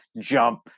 jump